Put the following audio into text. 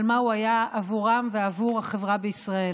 מה הוא היה עבורם ועבור החברה בישראל,